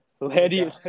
Lady